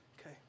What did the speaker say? Okay